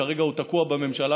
כרגע הוא תקוע בממשלה,